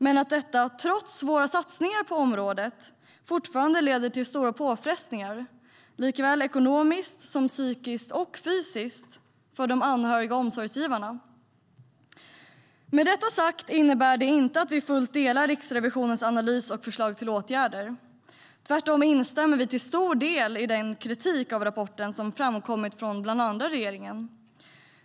Men trots våra satsningar på området leder detta fortfarande till stora påfrestningar, såväl ekonomiskt som psykiskt och fysiskt för de anhöriga omsorgsgivarna. Detta innebär inte att vi fullt delar Riksrevisionens analys och förslag till åtgärder. Tvärtom instämmer vi till stor del i den kritik av rapporten som kommit från bland annat regeringen.